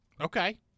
okay